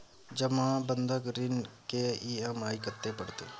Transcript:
जमा बंधक ऋण के ई.एम.आई कत्ते परतै?